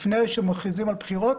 לפני שמכריזים על בחירות,